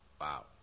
Wow